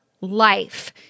life